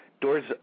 doors